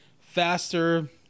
faster